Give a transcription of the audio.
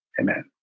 Amen